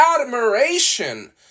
admiration